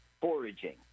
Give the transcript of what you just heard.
Foraging